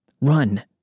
Run